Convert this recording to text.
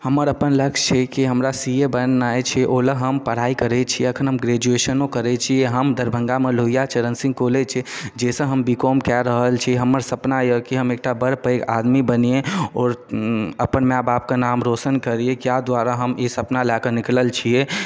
हमर अपन लक्ष्य छै कि हमरा सी ए बननाइ छै ओहि लए हम पढाइ करै छियै एखन हम ग्रेजुएशनो करै छी हम दरभंगा मे लोहिया चरण सिंह कॉलेज छै जाहिसऽ हम बी कॉम कए रहल छी हमर सपना यऽ कि हम एकटा बड़ पैघ आदमी बनियै आओर अपन माए बाप के नाम रौशन करियै इएह दुआरे हम ई सपना लए कऽ निकलल छियै